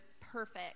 perfect